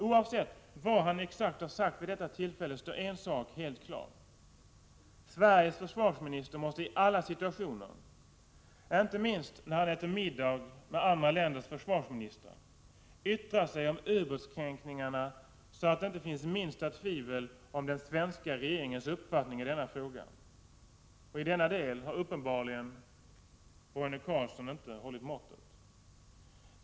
Oavsett vad han exakt har sagt vid detta tillfälle står en sak helt klar: Sveriges försvarsminister måste i alla situationer — inte minst när han äter middag med andra länders försvarsministrar — yttra sig om ubåtskränkningar naså, att det inte finns minsta tvivel om den svenska regeringens uppfattning i denna fråga. I denna del har uppenbarligen Roine Carlsson inte hållit måttet.